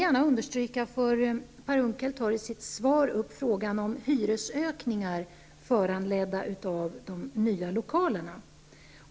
Per Unckel tar i sitt svar upp frågan om hyresökningar föranledda av de nya lokalerna.